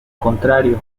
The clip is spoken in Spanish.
contrario